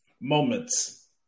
Moments